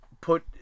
put